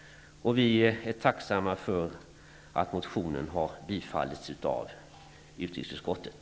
Vi är tacksamma för att motionen har tillstyrkts av utrikesutskottet.